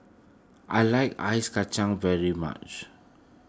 I like Ice Kachang very much